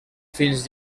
fins